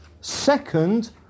second